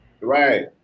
right